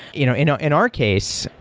you know in ah in our case,